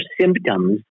symptoms